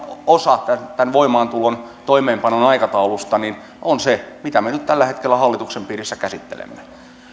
osa tämän voimaantulon toimeenpanon aikataulusta on se mitä me nyt tällä hetkellä hallituksen piirissä käsittelemme